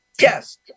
Yes